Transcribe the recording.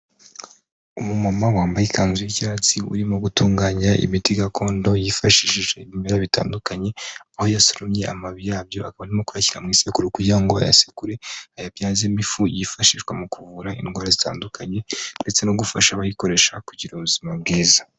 Umumama wambaye ikanzu y'icyatsi, urimo gutunganya imiti gakondo yifashishije ibimera bitandukanye. Aho yasoromye amababi yabyo akaba arimo kuyashyira mu isekuru kugira ngo ayasekure, ayabyaze ifu yifashishwa mu kuvura indwara zitandukanye ndetse no gufasha abayikoresha kugira ubuzima bwiza.